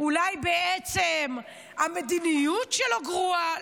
אולי בעצם המדיניות שלו גרועה?